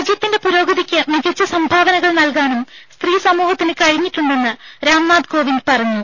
രാജ്യത്തിന്റെ പുരോഗതിക്ക് മികച്ച സംഭാവനകൾ നൽകാനും സ്ത്രീ സമൂഹത്തിന് കഴിഞ്ഞിട്ടുണ്ടെന്ന് രാംനാഥ് കോവിന്ദ് പറഞ്ഞു